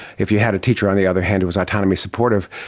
if you had a teacher, on the other hand, who was autonomy supportive,